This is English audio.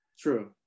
True